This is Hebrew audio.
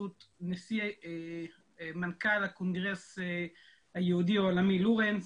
ברשות מנכ"ל הקונגרס היהודי העולמי, לורנס,